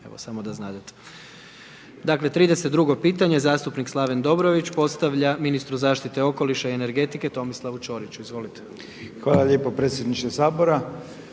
Evo samo da znadete. Dakle 32 pitanje zastupnik Slaven Dobrović postavlja ministru zaštite okoliša i energetike Tomislavu Čoriću, izvolite. **Dobrović, Slaven